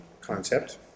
concept